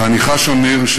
ואני חש, אמיר,